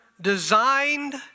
designed